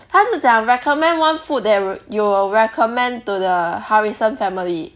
他是讲 recommend one food that you will recommend to the harrison family